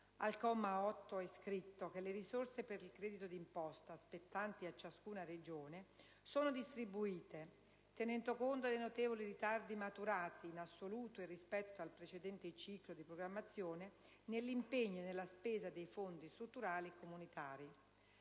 Al comma 8 è scritto che le risorse per il credito d'imposta spettanti a ciascuna Regione sono distribuite tenendo conto dei notevoli ritardi maturati, in assoluto e rispetto al precedente ciclo di programmazione, nell'impegno e nella spesa dei fondi strutturali comunitari.